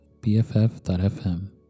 bff.fm